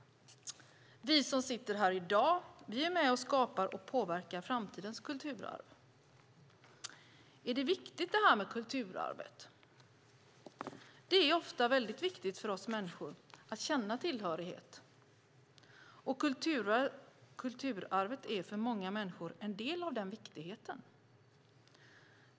Vi som sitter här i dag är med och skapar och påverkar framtidens kulturarv. Är det här med kulturarvet viktigt? Det är ofta väldigt viktigt för oss människor att känna tillhörighet, och kulturarvet är för många människor en del av den viktigheten.